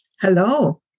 Hello